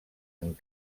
amb